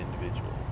individual